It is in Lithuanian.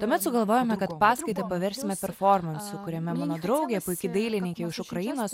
tuomet sugalvojome kad paskaitą paversime performansu kuriame mano draugė puiki dailininkė iš ukrainos